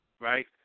Right